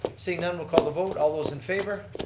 seeing none we'll call the vote. all those in favor?